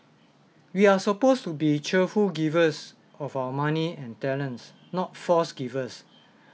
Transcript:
we are supposed to be cheerful givers of our money and talents not forced givers